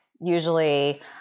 usually